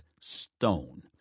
stone